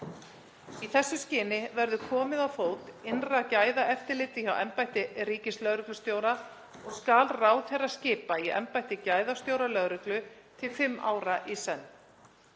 Í þessu skyni verður komið á fót innra gæðaeftirliti hjá embætti ríkislögreglustjóra og skal ráðherra skipa í embætti gæðastjóra lögreglu til fimm ára í senn.